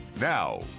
Now